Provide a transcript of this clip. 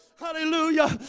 Hallelujah